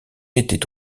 était